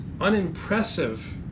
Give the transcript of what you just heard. unimpressive